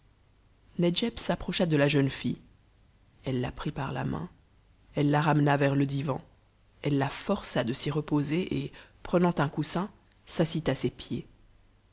nedjeb s'approcha de la jeune fille elle la prit par la main elle la ramena vers le divan elle la força de s'y reposer et prenant un coussin s'assit à ses pieds